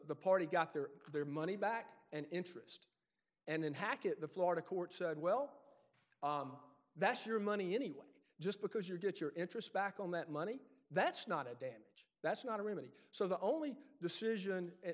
the party got their their money back and interest and then hackett the florida court said well that's your money anyway just because you get your interest back on that money that's not a damage that's not a remedy so the only decision and